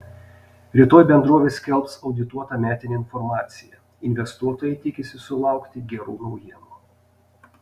rytoj bendrovė skelbs audituotą metinę informaciją investuotojai tikisi sulaukti gerų naujienų